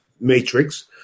matrix